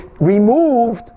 removed